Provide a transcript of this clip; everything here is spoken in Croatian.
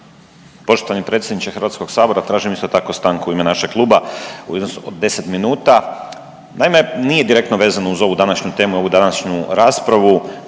Poštovani predsjedniče Hrvatskog sabora tražim isto tako stanku u ime našeg kluba u iznosu od 10 minuta. Naime, nije direktno vezano uz ovu današnju temu i ovu današnju raspravu